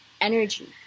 energy